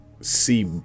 see